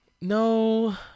no